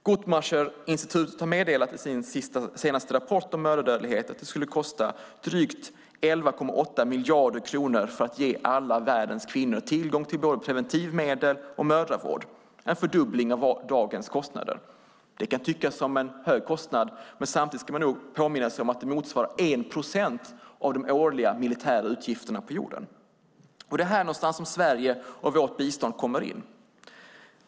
Guttmacherinstitutet meddelar i sin senaste rapport om mödradödlighet att det skulle kosta drygt 11,8 miljarder kronor att ge alla världens kvinnor tillgång till både preventivmedel och mödravård - en fördubbling av dagens kostnader. Det kan tyckas vara en hög kostnad, men man ska påminna sig att det motsvarar 1 procent av de årliga militära utgifterna på jorden. Det är här någonstans som Sverige och vårt bistånd kommer in.